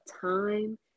time